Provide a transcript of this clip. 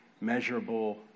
measurable